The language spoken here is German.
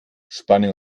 spanne